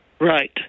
Right